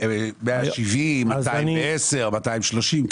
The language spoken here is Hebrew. האם 170, 210 או 230?